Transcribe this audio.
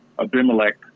Abimelech